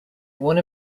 one